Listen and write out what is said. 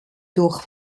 durch